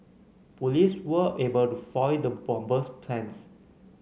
police were able to foil the bomber's plans